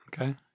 Okay